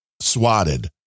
swatted